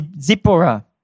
Zipporah